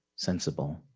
sensible.